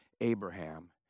Abraham